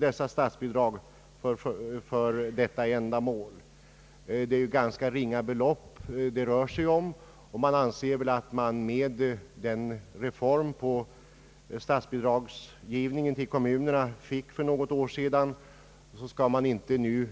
Det är ganska ringa belopp det rör sig om, och man anser att efter den utformning statsbidragsgivningen till kommunerna fick för något år sedan skall statsmakterna inte